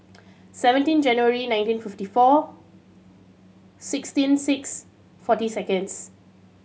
seventeen January nineteen fifty four sixteen six forty seconds